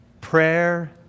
prayer